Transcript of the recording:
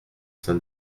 saint